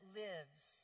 lives